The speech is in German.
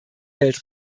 welt